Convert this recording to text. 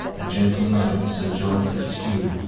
a gentle knight, sir john fitzhugh,